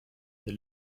der